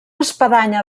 espadanya